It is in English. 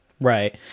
Right